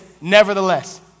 nevertheless